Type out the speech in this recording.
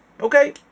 Okay